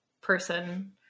person